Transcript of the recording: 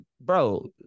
bro